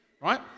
Right